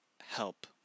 help